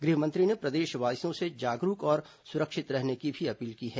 गृह मंत्री ने प्रदेशवासियों से जागरूक और सुरक्षित रहने की भी अपील की है